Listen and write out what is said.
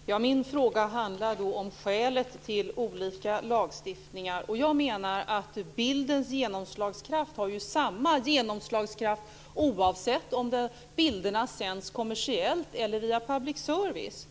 Herr talman! Min fråga handlar om skälet till de olika lagstiftningarna. Jag menar att bildens genomslagskraft är densamma oavsett om bilderna sänds kommersiellt eller via public service.